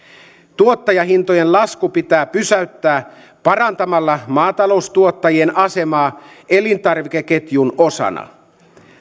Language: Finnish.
tuottajahintojen lasku pitää pysäyttää parantamalla maataloustuottajien asemaa elintarvikeketjun osana